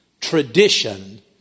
tradition